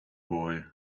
boy